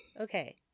Okay